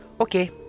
Okay